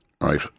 right